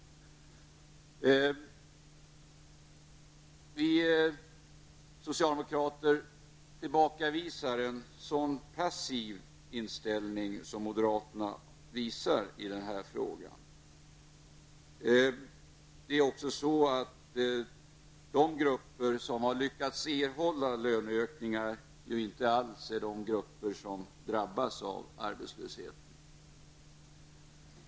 Vi socialdemokrater tillbakavisar en sådan passiv inställning som moderaterna har i den här frågan. De grupper som lyckats erhålla löneökningar är inte alls de grupper som drabbas av arbetslösheten.